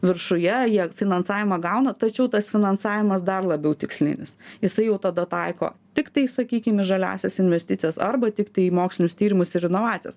viršuje jie finansavimą gauna tačiau tas finansavimas dar labiau tikslinis jisai jau tada taiko tiktai sakykim į žaliąsias investicijas arba tiktai į mokslinius tyrimus ir inovacijas